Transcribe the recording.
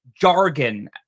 jargon